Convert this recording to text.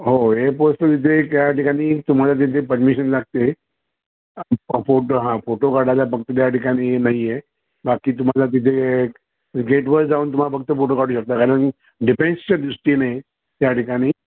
हो हो एअरफोर्सच तिथे त्या ठिकाणी तुम्हाला तिथे परमिशन लागते फोटो हा फोटो काढायला फक्त त्या ठिकाणी नाहीये बाकी तुम्हाला तिथे गेटवर जाऊन तुम्हाला फक्त फोटो काढू शकता कारण डिफेन्सच्या दृष्टीने त्या ठिकाणी